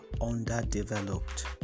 underdeveloped